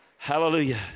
Hallelujah